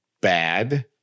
bad